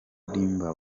ondimba